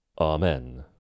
Amen